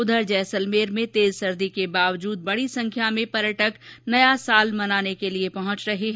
उबर जैसलमेर में तेज सर्दी के बावजूद बड़ी संख्या में पर्यटक नया साल मनाने के लिए पहुंच रहे हैं